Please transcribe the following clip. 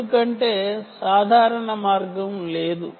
ఎందుకంటే దీనికి సాధారణ మార్గం లేదు